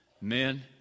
Men